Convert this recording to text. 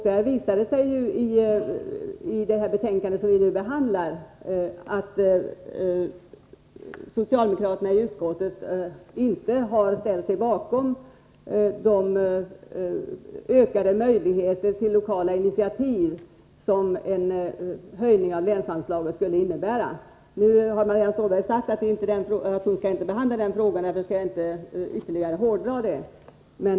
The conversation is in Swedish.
Av det betänkande som vi nu behandlar framgår ju att socialdemokraterna i utskottet inte har ställt sig bakom önskemålet om ökade möjligheter till lokala initiativ, som en höjning av länsanslaget skulle innebära. Men Marianne Stålberg sade att hon inte skall kommentera den frågan. Därför skall jag inte ytterligare hårdra den saken.